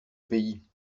pays